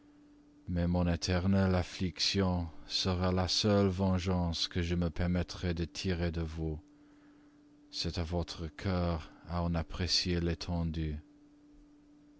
mais mon éternelle affliction sera la seule vengeance que je me permettrai de tirer de vous c'est à votre cœur à en apprécier l'étendue